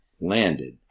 landed